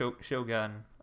Shogun